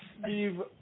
Steve